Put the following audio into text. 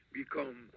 become